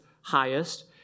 highest